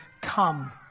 come